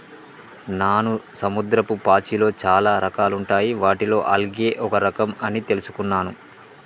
నాను సముద్రపు పాచిలో చాలా రకాలుంటాయి వాటిలో ఆల్గే ఒక రఖం అని తెలుసుకున్నాను